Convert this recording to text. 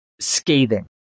scathing